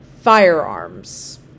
firearms